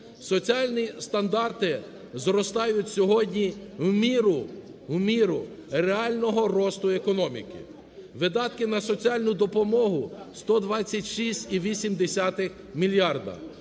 Соціальні стандарти зростають сьогодні в міру, в міру реального росту економіки. Видатки на соціальну допомогу – 126,8 мільярда.